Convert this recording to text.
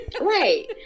Right